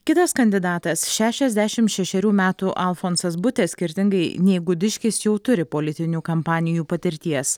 kitas kandidatas šešiasdešim šešerių metų alfonsas butė skirtingai nei gudiškis jau turi politinių kampanijų patirties